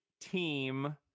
team